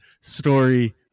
story